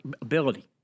ability